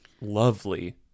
lovely